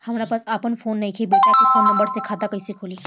हमरा पास आपन फोन नईखे बेटा के फोन नंबर से खाता कइसे खुली?